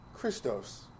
Christos